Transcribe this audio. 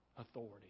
authority